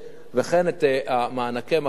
וכן את מענקי המקום,